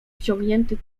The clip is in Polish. wciągnięty